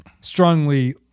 strongly